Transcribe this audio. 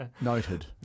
Noted